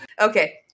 Okay